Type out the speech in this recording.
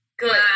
Good